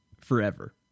forever